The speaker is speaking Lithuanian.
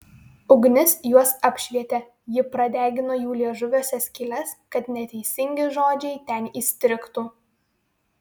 ugnis juos apšvietė ji pradegino jų liežuviuose skyles kad neteisingi žodžiai ten įstrigtų